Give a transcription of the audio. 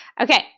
Okay